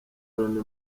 loni